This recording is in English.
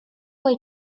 way